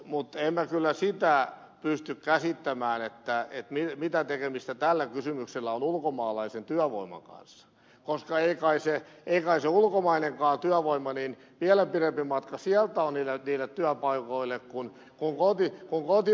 mutta en minä kyllä sitä pysty käsittämään mitä tekemistä tällä kysymyksellä on ulkomaalaisen työvoiman kanssa koska iltaisin ja keväisin ulkomainen työvoima vielä pidempi matka ulkomaisella työvoimalla on niille työpaikoille kuin kotimaisella